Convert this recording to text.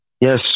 yes